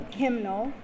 hymnal